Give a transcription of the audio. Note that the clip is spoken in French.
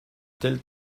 tel